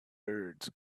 birds